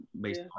based